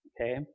okay